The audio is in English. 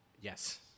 Yes